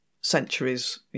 centuries